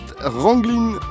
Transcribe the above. Ranglin